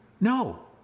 No